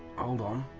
hold on.